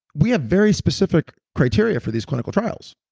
we have very specific criteria for these clinical trials.